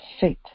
faith